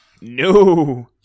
No